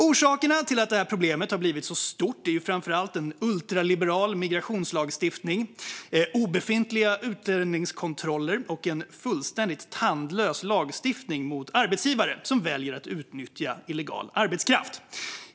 Orsakerna till att problemet blivit så stort är framför allt en ultraliberal migrationslagstiftning, obefintliga utlänningskontroller och en fullständigt tandlös lagstiftning mot arbetsgivare som väljer att utnyttja illegal arbetskraft.